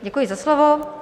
Děkuji za slovo.